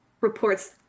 reports